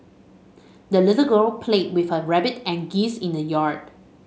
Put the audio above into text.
the little girl played with her rabbit and geese in the yard